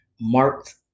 marked